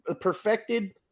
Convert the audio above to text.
perfected